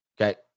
okay